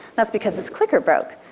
that's because his clicker broke.